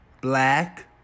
black